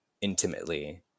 intimately